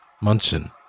Munson